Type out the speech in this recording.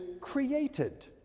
created